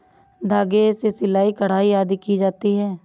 धागे से सिलाई, कढ़ाई आदि की जाती है